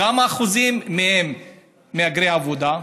כמה אחוזים מהם מהגרי עבודה?